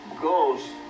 Ghost